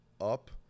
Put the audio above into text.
up